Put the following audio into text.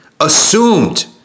assumed